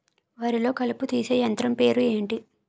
వరి లొ కలుపు తీసే యంత్రం పేరు ఎంటి?